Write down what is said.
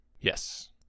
Yes